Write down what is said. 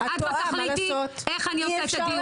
את לא תחליטי איך אני עושה את הדיון.